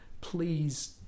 please